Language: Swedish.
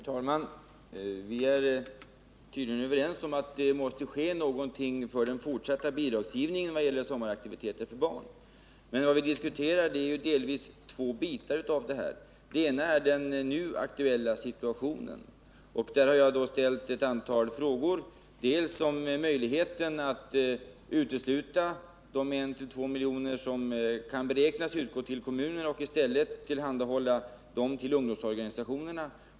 Herr talman! Vi är tydligen överens om att det måste ske någonting beträffande den fortsatta bidragsgivningen i vad gäller sommaraktiviteter för barn. Vad vi diskuterar är delvis två bitar av det här. Den ena gäller den nu aktuella situationen. Här har jag ställt ett antal frågor bl.a. om möjligheten att utesluta de 1-2 milj.kr. som kan beräknas utgå till kommunerna och i stället ge dessa pengar till ungdomsorganisationerna.